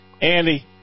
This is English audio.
Andy